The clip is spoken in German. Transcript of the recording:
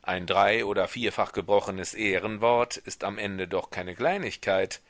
ein drei oder vierfach gebrochenes ehrenwort ist am ende doch keine kleinigkeit